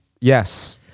Yes